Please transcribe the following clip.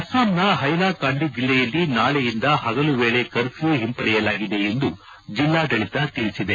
ಅಸ್ನಾಂನ Hailakandi ಜಿಲ್ಲೆಯಲ್ಲಿ ನಾಳೆಯಿಂದ ಹಗಲು ವೇಳೆ ಕರ್ಫ್ಲೂ ಹಿಂಪಡೆಯಲಾಗಿದೆ ಎಂದು ಜಿಲ್ಲಾಡಳಿತ ತಿಳಿಸಿದೆ